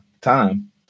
time